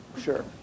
Sure